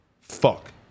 Fuck